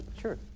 Sure